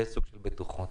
בסוג של בטוחות.